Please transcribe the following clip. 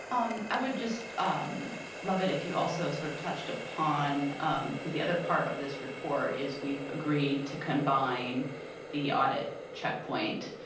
um i would just love it if you also sort of touched upon because the other part of this report is we've agreed to combine the audit checkpoint